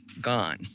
gone